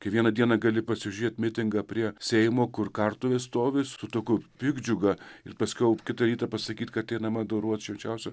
kai vieną dieną gali pasižiūrėti mitingą prie seimo kur kartuvės stovi su tokiu piktdžiuga ir paskiau kitą rytą pasakyt kad einam adoruot švenčiausiojo